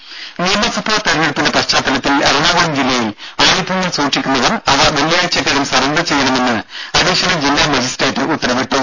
രുമ നിയമസഭാ തെരഞ്ഞെടുപ്പിന്റെ പശ്ചാത്തലത്തിൽ എറണാകുളം ജില്ലയിൽ ആയുധങ്ങൾ സൂക്ഷിക്കുന്നവർ അവ വെള്ളിയാഴ്ചക്കകം സറണ്ടർ ചെയ്യണമെന്ന് അഡീഷണൽ ജില്ലാ മജിസ്ട്രേറ്റ് ഉത്തരവിട്ടു